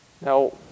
Now